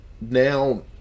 Now